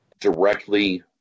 directly